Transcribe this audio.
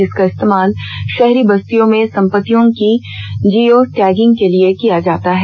जिसका इस्तेमाल शहरी बस्तियों में संपत्तियों की जियो टेगिंग के लिए किया जाता है